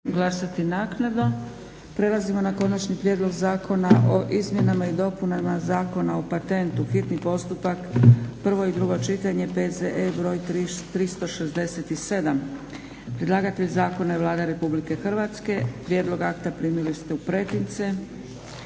Dragica (SDP)** Prelazimo na: - Konačni prijedlog Zakona o Izmjenama i dopunama Zakona o patentu, hitni postupak, prvo i drugo čitanje, P.Z.E. br. 367; Predlagatelj Zakona je Vlada Republike Hrvatske. Prijedlog akta primili ste u pretince.